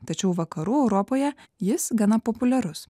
tačiau vakarų europoje jis gana populiarus